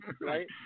right